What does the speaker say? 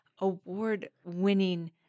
award-winning